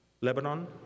Lebanon